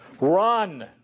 Run